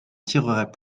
tireraient